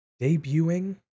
debuting